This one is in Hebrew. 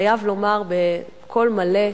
חייב לומר בקול מלא: